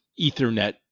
ethernet